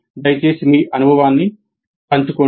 దయచేసి మీ అనుభవాన్ని పంచుకోండి